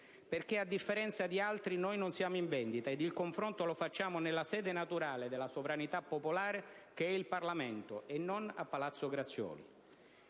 perché, a differenza di altri, noi non siamo in vendita e il confronto lo facciamo nella sede naturale della sovranità popolare, che è il Parlamento, e non a Palazzo Grazioli.